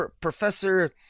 professor